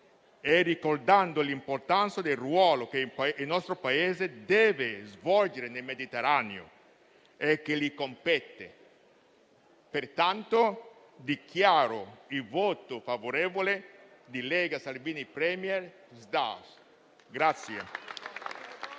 ricordando l'importanza del ruolo che il nostro Paese deve svolgere nel Mediterraneo e che gli compete. Pertanto, dichiaro il voto favorevole del Gruppo Lega-Salvini *Premier*-Partito